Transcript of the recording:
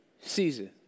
season